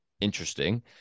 interesting